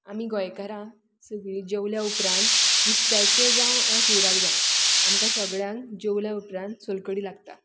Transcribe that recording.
आमी गोंयकारां सगळीं जेवल्या उपरांत नुस्त्याचें जावं वा शिवराक जावं आमकां सगळ्यांक जेवल्या उपरांत सोलकडी लागता